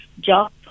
job